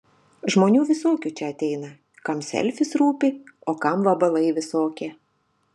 žmonių visokių čia ateina kam selfis rūpi o kam vabalai visokie